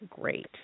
Great